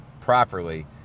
properly